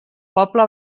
poble